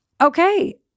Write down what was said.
Okay